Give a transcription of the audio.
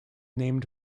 named